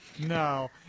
No